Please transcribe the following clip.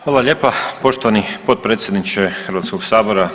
Hvala lijepa poštovani potpredsjedniče Hrvatskog sabora.